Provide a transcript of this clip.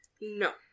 No